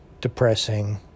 depressing